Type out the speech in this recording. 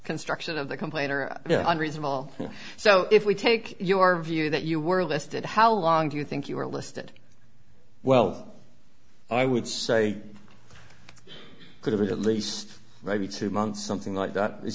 construction of the complainer unreasonable so if we take your view that you were listed how long do you think you were listed well i would say could have at least maybe two months something like that it's